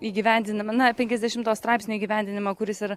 įgyvendinim na penkiasdešimto straipsnio įgyvendinimą kuris ir